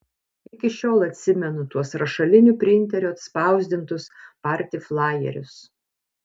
iki šiol atsimenu tuos rašaliniu printeriu atspausdintus party flajerius